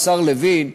השר לוין,